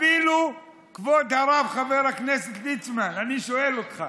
אפילו, כבוד הרב חבר הכנסת ליצמן, אני שואל אותך: